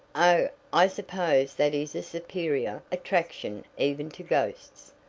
oh, i suppose that is a superior attraction even to ghosts,